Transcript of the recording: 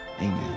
Amen